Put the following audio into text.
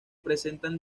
presentan